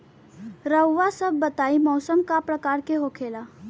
रउआ सभ बताई मौसम क प्रकार के होखेला?